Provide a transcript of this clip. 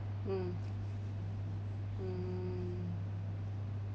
mm mm